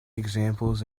examples